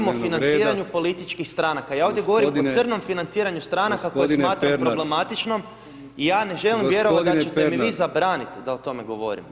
Govorim o financiranju političkih stranaka, ja ovdje govorim o crnom financiranju stranaka koje smatram problematičnom i ja ne želim vjerovati da ćete mi vi zabraniti da o tome govorim.